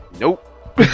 nope